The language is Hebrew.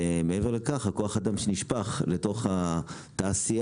מעבר לכך, כוח האדם שנשפך לתוך התעשייה.